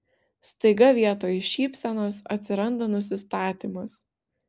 staiga vietoj šypsenos atsiranda nusistatymas